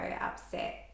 upset